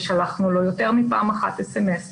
ושלחנו לו יותר מפעם אחת אס אם אס,